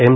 M